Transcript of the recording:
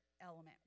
element